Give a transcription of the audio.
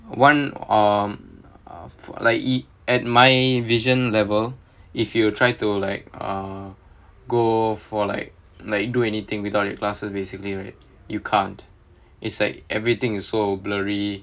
one um ah like it at my vision level if you will try to like ah go for like like do anything without your classes basically right you can't it's like everything is so blurry